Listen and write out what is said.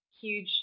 huge